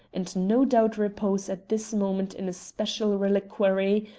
and no doubt repose at this moment in a special reliquary,